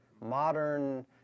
Modern